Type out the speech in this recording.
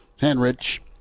Henrich